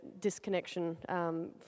disconnection